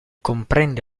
comprende